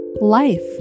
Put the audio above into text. life